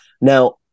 Now